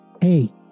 hey